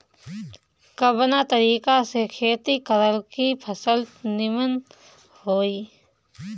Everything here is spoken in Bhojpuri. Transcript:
कवना तरीका से खेती करल की फसल नीमन होई?